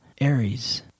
Aries